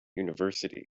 university